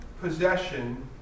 possession